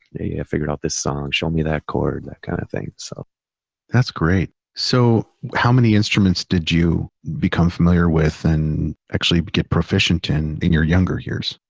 hey i figured out this song, show me that chord, that kind of thing. bryan so that's great. so how many instruments did you become familiar with and actually get proficient in, in your younger years?